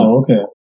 okay